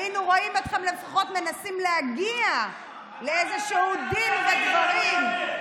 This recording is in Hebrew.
היינו רואים אתכם לפחות מנסים להגיע לאיזשהו דין ודברים.